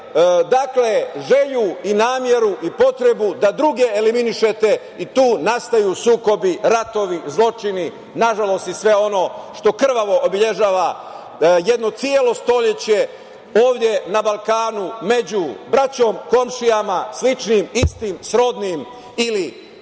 dakle želju i nameru i potrebu da druge eliminišete i tu nastaju sukobi, ratovi, zločini, nažalost i sve ono što krvavo obeležava jedno celo stoleće ovde na Balkanu među braćom, komšijama, sličnim, istim, srodnim ili